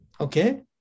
Okay